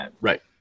Right